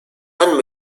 and